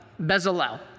Bezalel